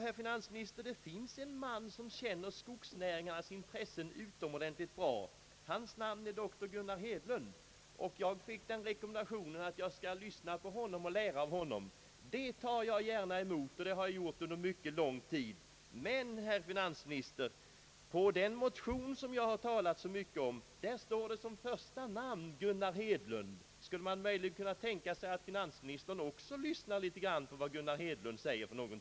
Herr finansminister, det finns en man som känner skogsnäringarnas intressen utomordentligt väl. Det är doktor Gunnar Hedlund. Jag fick rekommendationen att lyssna på honom och lära av honom. Det gör jag gärna, och det har jag gjort under mycket lång tid. Men, herr finansminister, på den motion som jag har talat så mycket om står som första namn Gunnar Hedlund. Skulle man möjligen kunna tänka sig att finansministern också lyssnar litet grand på vad Gunnar Hedlund säger?